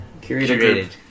Curated